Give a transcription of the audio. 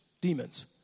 demons